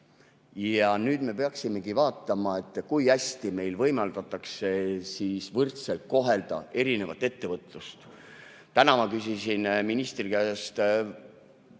Nüüd me peaksimegi vaatama, kui hästi meil võimaldatakse võrdselt kohelda erinevat ettevõtlust. Täna ma küsisin ministri käest